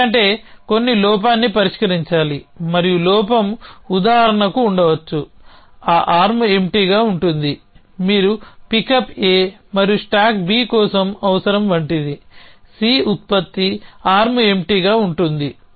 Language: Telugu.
ఎందుకంటే కొన్ని లోపాన్ని పరిష్కరించాలి మరియు లోపం ఉదాహరణకు ఉండవచ్చుఆ ఆర్మ్ ఎంప్టీగా ఉంటుంది మీరు పికప్ A మరియు స్టాక్ B కోసం అవసరం వంటిది C ఉత్పత్తి ఆర్మ్ ఎంప్టీ గా ఉంటుంది